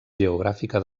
geogràfica